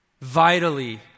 vitally